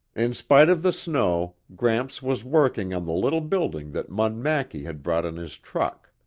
in spite of the snow, gramps was working on the little building that munn mackie had brought in his truck.